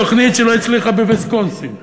תוכנית שלא הצליחה בוויסקונסין,